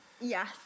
Yes